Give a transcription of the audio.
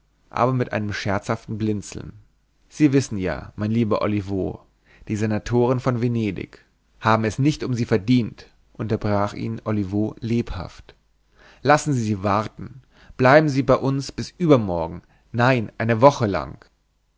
aber mit einem scherzhaften blinzeln sie wissen ja mein bester olivo die senatoren von venedig haben es nicht um sie verdient unterbrach ihn olivo lebhaft lassen sie sie warten bleiben sie bei uns bis übermorgen nein eine woche lang